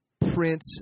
print